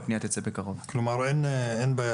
הפנייה תצא בקרוב.